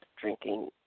drinking